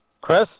Chris